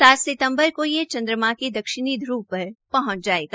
सात सितम्बर को यह चन्द्रमा की दक्षिणी ध्व पर पहुंच जायेगा